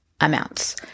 amounts